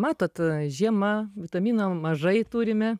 matot žiema vitamino mažai turime